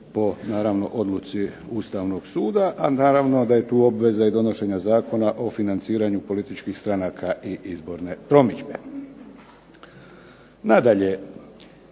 po odluci Ustavnog suda, a naravno da je tu obveza i donošenja Zakona o financiranju političkih stranaka i izborne promidžbe.